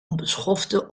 onbeschofte